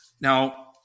Now